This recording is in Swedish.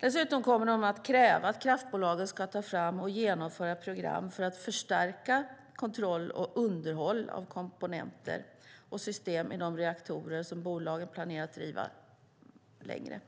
Dessutom kommer de att kräva att kraftbolagen ska ta fram och genomföra program för att förstärka kontroll och underhåll av komponenter och system i de reaktorer som bolagen planerar att driva längre.